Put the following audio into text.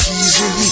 easy